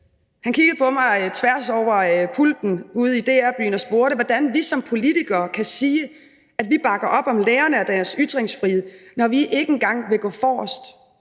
Han kiggede på mig tværs over pulten ude i DR Byen og spurgte, hvordan vi som politikere kan sige, at vi bakker op om lærerne og deres ytringsfrihed, når vi ikke engang vil gå forrest,